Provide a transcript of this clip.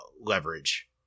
leverage